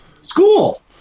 school